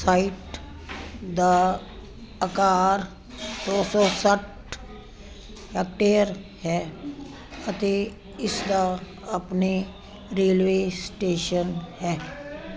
site ਦਾ ਆਕਾਰ ਦੋ ਸੌ ਸੱਠ ਹੈਕਟੇਅਰ ਹੈ ਅਤੇ ਇਸਦਾ ਆਪਣੇ ਰੇਲਵੇ ਸਟੇਸ਼ਨ ਹੈ